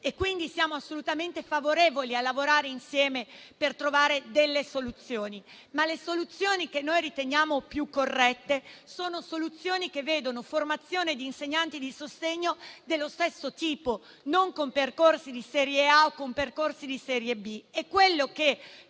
Quindi, siamo assolutamente favorevoli a lavorare insieme per trovare delle soluzioni. Ma le soluzioni che noi riteniamo più corrette vedono una formazione degli insegnanti di sostegno omogenea, non con percorsi di serie A e percorsi di serie B.